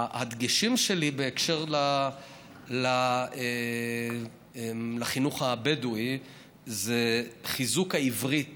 הדגשים שלי בהקשר של החינוך הבדואי זה חיזוק העברית